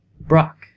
Brock